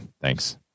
Thanks